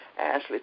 Ashley